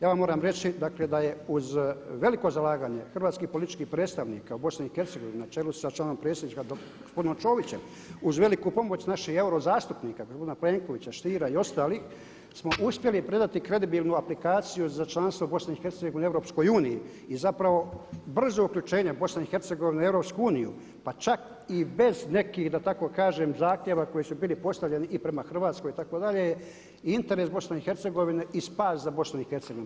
Ja vam moram reći dakle da je uz veliko zalaganje hrvatskih političkih predstavnika u BiH na čelu sa članom predsjedništva gospodinom Ćovićem, uz veliku pomoć naših euro zastupnika gospodina Plenkovića, Stiera i ostalih smo uspjeli predati kredibilnu aplikaciju za članstvo BiH-a u Europskoj uniji i zapravo brzo uključenje BiH-a u Europsku uniju pa čak i bez nekih da tako kažem zahtjeva koji su bili postavljeni i prema Hrvatskoj itd. i interes BiH-a i spas za BiH-a.